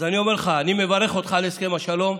אז אני אומר לך: אני מברך אותך על הסכם השלום,